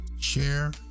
share